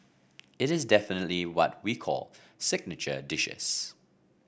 it is definitely what we call signature dishes